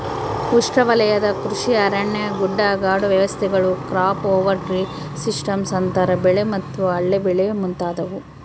ಉಷ್ಣವಲಯದ ಕೃಷಿ ಅರಣ್ಯ ಗುಡ್ಡಗಾಡು ವ್ಯವಸ್ಥೆಗಳು ಕ್ರಾಪ್ ಓವರ್ ಟ್ರೀ ಸಿಸ್ಟಮ್ಸ್ ಅಂತರ ಬೆಳೆ ಮತ್ತು ಅಲ್ಲೆ ಬೆಳೆ ಮುಂತಾದವು